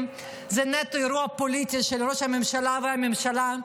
זה נטו אירוע פוליטי של ראש הממשלה והממשלה.